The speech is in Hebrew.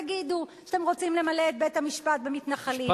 תגידו שאתם רוצים למלא את בית-המשפט במתנחלים.